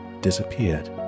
disappeared